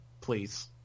please